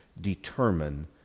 determine